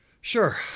Sure